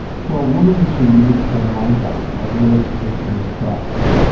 for a woman to make her mind up about whether to take these drugs,